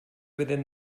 within